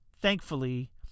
Thankfully